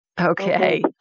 Okay